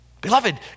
Beloved